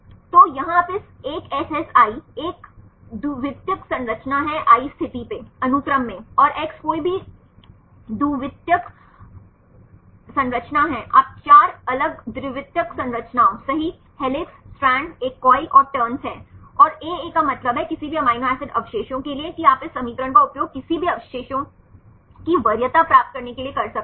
तो यहाँ आप इस एक SSi एक द्वितीयक संरचना है i स्थिति पेअनुक्रम में और X कोई भी द्वितीयक संरचना है आप 4 अलग द्वितीयक संरचनाओं सही हेलिक्स स्ट्रैंड एक कोइल और टर्न्स है और aa का मतलब है किसी भी अमीनो एसिड अवशेषों के लिए कि आप इस समीकरण का उपयोग किसी भी अवशेषों की वरीयता प्राप्त करने के लिए कर सकते हैं